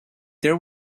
there